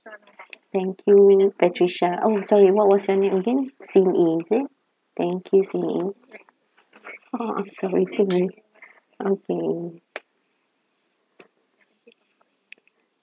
thank you patricia oh sorry what was your name again xing ee is it thank you xing ee oh I'm sorry xing rei okay